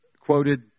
quoted